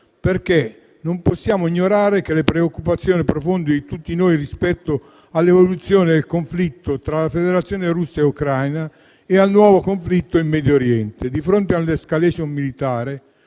perché non possiamo ignorare le preoccupazioni profonde di tutti noi rispetto all'evoluzione del conflitto tra la Federazione Russa e l'Ucraina e al nuovo conflitto in Medio Oriente. Di fronte a un'*escalation* militare